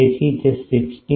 તેથી તે 16